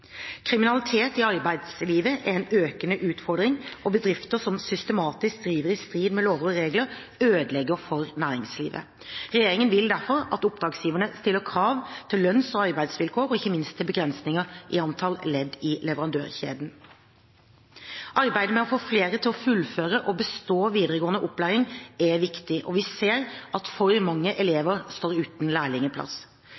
Kriminalitet i arbeidslivet er en økende utfordring, og bedrifter som systematisk driver i strid med lover og regler, ødelegger for næringslivet. Regjeringen vil derfor at oppdragsgiverne stiller krav til lønns- og arbeidsvilkår og ikke minst til begrensninger i antallet ledd i leverandørkjeden. Arbeidet med å få flere til å fullføre og bestå videregående opplæring er viktig, og vi ser at for mange